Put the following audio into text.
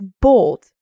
bold